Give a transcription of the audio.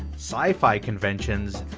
sci-fi conventions,